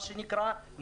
מה שנקרא,